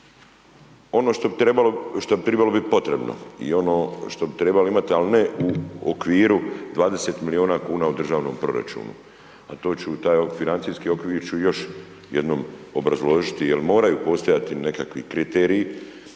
ono što bi trebalo biti potrebo i ono što bi trebalo imati, ali ne u okviru 20 milijuna kn u državnom proračunu, a to ću taj financijski okvir ću još jednom obrazložiti jer moraju postojati nekakvi kriteriji